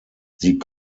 sie